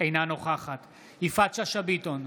אינה נוכחת יפעת שאשא ביטון,